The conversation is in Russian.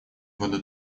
воды